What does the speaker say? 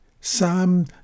Psalm